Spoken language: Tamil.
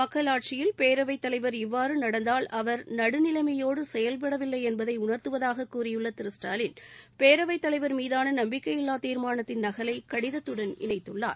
மக்கள் ஆட்சியில் பேரவைத் தலைவர் இவ்வாறு நடந்தால் அவர் நடுநிலைமையோடு செயல்படவில்லை என்பதை உணர்த்துவதாக கூறியுள்ள திரு ஸ்டாலின் பேரவைத்தலைவர் மீதான நம்பிக்கையில்லா தீர்மானத்தின் நகலை கடிதத்துடன் இணைத்துள்ளார்